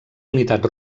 unitats